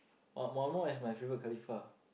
uh Makmur is my favourite khalifah